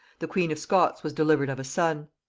the queen of scots was delivered of a son.